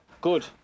Good